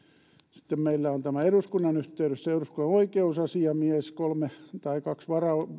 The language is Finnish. sitten meillä on eduskunnan yhteydessä eduskunnan oikeusasiamies ja kaksi